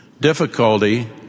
Difficulty